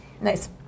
Nice